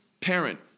parent